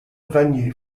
venue